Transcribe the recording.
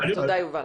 תודה, יובל.